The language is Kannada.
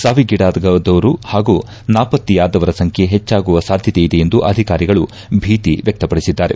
ಸಾವಿಗೀಡಾದವರು ಹಾಗೂ ನಾಪತ್ತೆಯಾದವರ ಸಂಬ್ಲೆ ಹೆಚ್ಚಾಗುವ ಸಾಧ್ಯತೆ ಇದೆ ಎಂದು ಅಧಿಕಾರಿಗಳು ಭೀತಿ ವ್ಯಕ್ತಪಡಿಸಿದ್ದಾರೆ